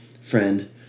friend